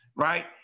right